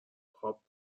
پاپ